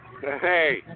Hey